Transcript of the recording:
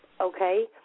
Okay